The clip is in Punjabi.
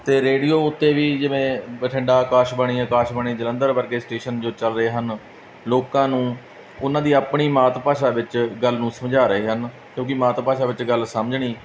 ਅਤੇ ਰੇਡੀਓ ਉੱਤੇ ਵੀ ਜਿਵੇਂ ਬਠਿੰਡਾ ਅਕਾਸ਼ਬਾਣੀ ਅਕਾਸ਼ਬਾਣੀ ਜਲੰਧਰ ਵਰਗੇ ਸਟੇਸ਼ਨ ਜੋ ਚੱਲ ਰਹੇ ਹਨ ਲੋਕਾਂ ਨੂੰ ਉਹਨਾਂ ਦੀ ਆਪਣੀ ਮਾਤ ਭਾਸ਼ਾ ਵਿੱਚ ਗੱਲ ਨੂੰ ਸਮਝਾ ਰਹੇ ਹਨ ਕਿਉਂਕਿ ਮਾਤ ਭਾਸ਼ਾ ਵਿੱਚ ਗੱਲ ਸਮਝਣੀ